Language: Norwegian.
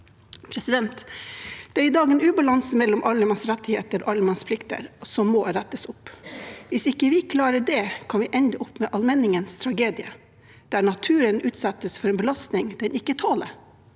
grunneiere. Det er i dag en ubalanse mellom allemannsrettigheter og allemannsplikter som må rettes opp. Hvis vi ikke klarer det, kan vi ende opp med allmenningens tragedie, der naturen utsettes for en belastning den ikke tåler.